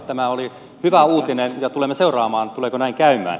tämä oli hyvä uutinen ja tulemme seuraamaan tuleeko näin käymään